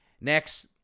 Next